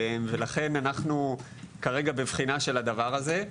ולכן אנחנו כרגע בבחינה של הדבר הזה.